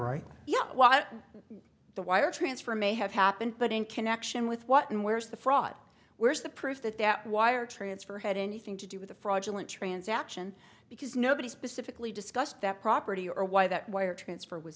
while the wire transfer may have happened but in connection with what and where is the fraud where's the proof that that wire transfer had anything to do with a fraudulent transaction because nobody specifically discussed that property or why that wire transfer was